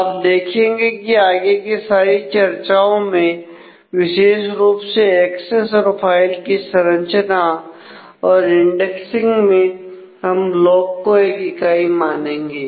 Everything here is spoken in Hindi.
आप देखेंगे कि आगे कि सारी चर्चाओं में विशेष रुप से एक्सेस और फाइल की संरचना में और इंडेक्सिंग में हम ब्लॉक को एक इकाई मानेंगे